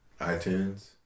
iTunes